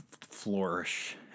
flourish